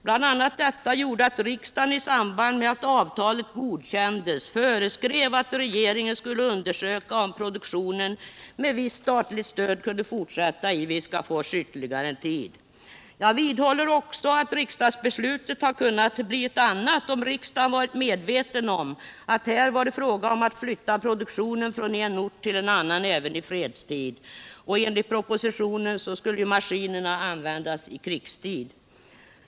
Detta gjorde bl.a. att riksdagen i samband med att avtalet godkändes föreskrev att regeringen skulle undersöka om produktionen med visst statligt stöd kunde fortsätta ytterligare en tid i Viskafors. Jag vidhåller också att riksdagsbeslutet kunde ha blivit ett annat, om riksdagen varit medveten om att det här var fråga om att flytta produktionen från en ort till en annan även i fredstid. Enligt propositionen skulle maskinerna användas i krigstid.